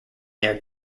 their